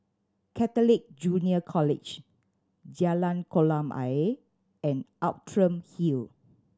Catholic Junior College Jalan Kolam Ayer and Outram Hill